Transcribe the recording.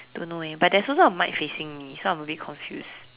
don't know eh but there's also a mic facing me so I'm a bit confused